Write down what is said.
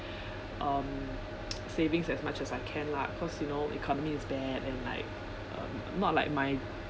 um savings as much as I can lah cause you know economy is bad and like um not like my